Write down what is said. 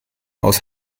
aus